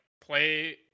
play